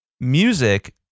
Music